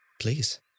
Please